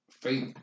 faith